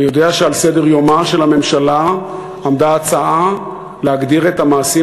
אני יודע שעל סדר-יומה של הממשלה עמדה הצעה להגדיר את המעשים